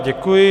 Děkuji.